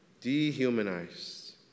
dehumanized